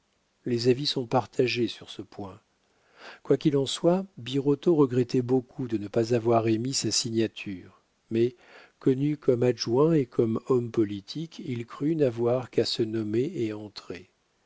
les avis sont partagés sur ce point quoi qu'il en soit birotteau regrettait beaucoup de ne pas avoir émis sa signature mais connu comme adjoint et comme homme politique il crut n'avoir qu'à se nommer et entrer